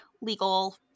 legal